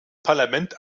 parlament